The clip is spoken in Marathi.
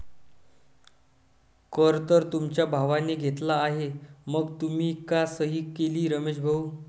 कर तर तुमच्या भावाने घेतला आहे मग तुम्ही का सही केली रमेश भाऊ?